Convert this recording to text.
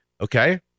Okay